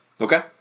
Okay